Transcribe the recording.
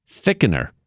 thickener